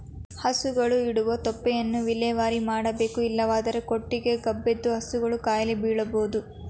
ಹಸುಗಳು ಇಡುವ ತೊಪ್ಪೆಯನ್ನು ವಿಲೇವಾರಿ ಮಾಡಬೇಕು ಇಲ್ಲವಾದರೆ ಕೊಟ್ಟಿಗೆ ಗಬ್ಬೆದ್ದು ಹಸುಗಳು ಕಾಯಿಲೆ ಬೀಳಬೋದು